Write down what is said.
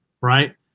Right